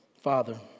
Father